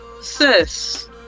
Sis